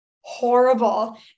horrible